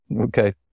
Okay